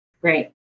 Great